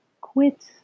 quit